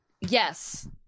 yes